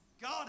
God